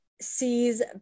sees